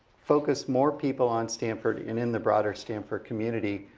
focus more people on stanford, and in the broader stanford community,